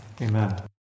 Amen